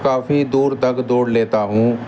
کافی دور تک دوڑ لیتا ہوں